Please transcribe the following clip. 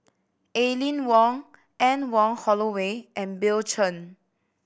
Aline Wong Anne Wong Holloway and Bill Chen